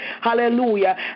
hallelujah